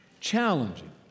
Challenging